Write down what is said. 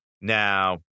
Now